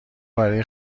برای